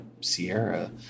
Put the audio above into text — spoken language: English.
Sierra